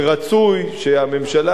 ורצוי שהממשלה,